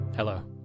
Hello